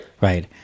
Right